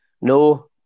No